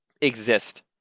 exist